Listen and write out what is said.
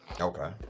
okay